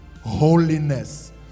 holiness